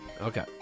Okay